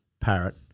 Parrot